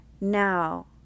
Now